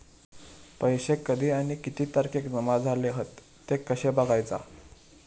पैसो कधी आणि किती तारखेक जमा झाले हत ते कशे बगायचा?